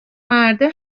مرده